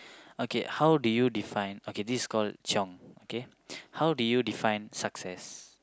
okay how do you define okay this is called chiong okay how do you define success